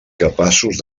capaços